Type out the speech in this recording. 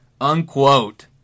Unquote